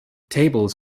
tables